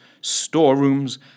storerooms